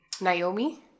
Naomi